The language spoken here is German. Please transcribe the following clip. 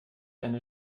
eine